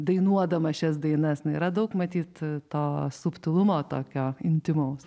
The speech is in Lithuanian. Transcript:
dainuodama šias dainas na yra daug matyt to subtilumo tokio intymaus